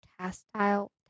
tactile